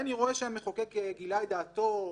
ואני רואה שהמחוקק גילה את דעתו,